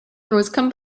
speaker